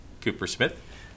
Cooper-Smith